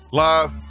live